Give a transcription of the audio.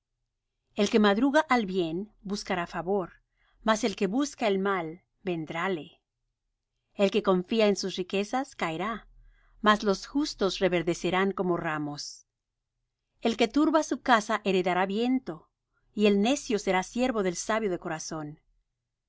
el que madruga al bien buscará favor mas el que busca el mal vendrále el que confía en sus riquezas caerá mas los justos reverdecerán como ramos el que turba su casa heredará viento y el necio será siervo del sabio de corazón el